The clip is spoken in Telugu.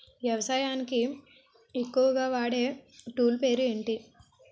వ్యవసాయానికి ఎక్కువుగా వాడే టూల్ పేరు ఏంటి?